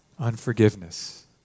Unforgiveness